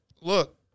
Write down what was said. look